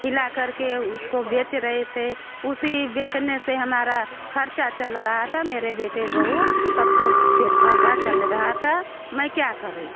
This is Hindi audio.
खिला कर के उसको बेच रहे थे उसी बेचने से हमारा ख़र्च चल रहा था मेरे बेटे बहू सब का पेट पल चल रहा था मैं क्या करूँ